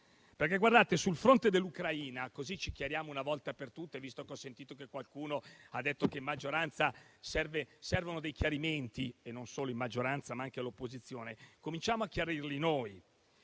Vorrei parlare dell'Ucraina, così ci chiariamo una volta per tutte, visto che ho sentito qualcuno dire che in maggioranza servono chiarimenti (non solo in maggioranza, ma anche all'opposizione). Cominciamo a fare chiarezza noi.